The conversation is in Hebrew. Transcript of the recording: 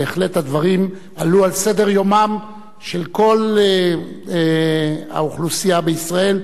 בהחלט הדברים עלו על סדר-יומה של כל האוכלוסייה בישראל,